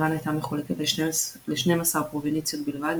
איראן הייתה מחולקת ל-12 פרובינציות בלבד,